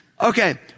Okay